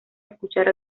escuchar